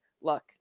Look